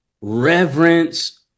reverence